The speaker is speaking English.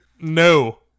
no